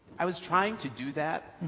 i was trying to do that